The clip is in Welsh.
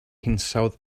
hinsawdd